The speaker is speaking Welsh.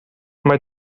mae